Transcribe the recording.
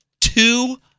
two